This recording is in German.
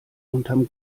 unterm